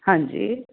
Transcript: ਹਾਂਜੀ